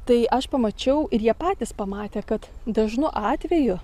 tai aš pamačiau ir jie patys pamatė kad dažnu atveju